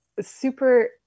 super